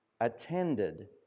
attended